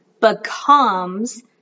becomes